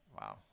wow